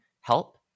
help